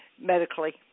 medically